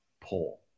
pull